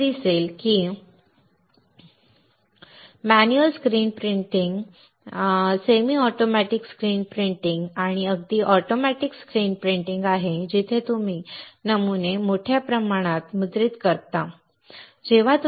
तुम्हाला दिसेल की manual screen printing semi automatic screen printing आणि अगदी ऑटोमॅटिक स्क्रीन प्रिंटिंग आहे जिथे तुम्ही नमुने मोठ्या प्रमाणात मुद्रित करत राहता